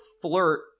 flirt